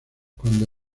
cuando